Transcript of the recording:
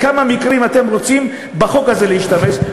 בכמה מקרים אתם רוצים בחוק הזה להשתמש?